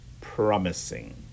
promising